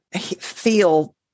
feel